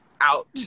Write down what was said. out